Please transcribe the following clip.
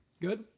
Good